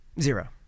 Zero